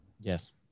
yes